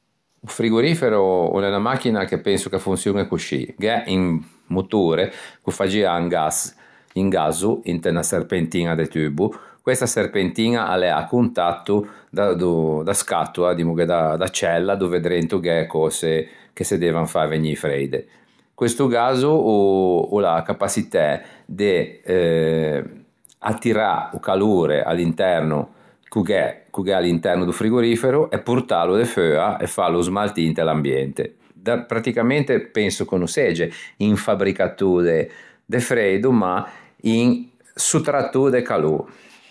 O frigorifero o l'é unna machina che penso ch'a fonçioñe coscì. Gh'é un motore ch'o fa giâ un gas un gazzo inte unna serpentina de tubbo. Questa serpentiña a l'é à contatto da do da scattoa dimmoghe da cella dove drento gh'é e cöse che se devan fâ vegnî freide. Questo gazzo o l'à a capaçitæ de attirâ o calore à l'interno ch'o gh'é à l'interno do frigorifero e portâlo de feua e fâlo smaltî inte l'ambiente. Da pratticamente penso ch'o no segge un fabricatô de freido ma un sottrattô de calô.